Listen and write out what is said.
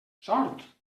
sort